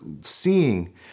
seeing